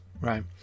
right